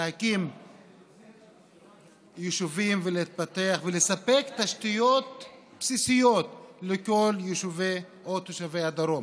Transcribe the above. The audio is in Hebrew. להקים יישובים ולהתפתח ולספק תשתיות בסיסיות לכל יישובי או תושבי הדרום,